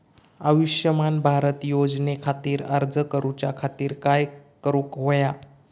आयुष्यमान भारत योजने खातिर अर्ज करूच्या खातिर काय करुक होया?